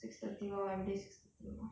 six thirty lor everyday six thirty lor